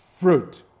fruit